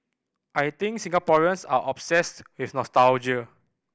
I think Singaporeans are obsessed with nostalgia